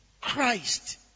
Christ